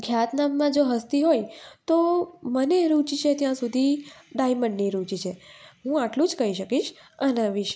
ખ્યાતનામમાં જો હસ્તી હોય તો મને રુચિ છે ત્યાં સુધી ડાયમંડની રુચિ છે હું આટલું જ કહી શકીશ આના વિશે